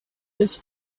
this